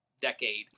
decade